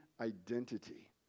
identity